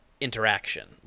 interaction